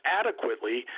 adequately